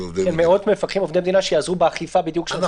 מאות מפקחים עובדי מדינה שיעזרו באכיפה בדיוק בשביל הדבר הזה.